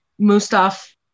Mustaf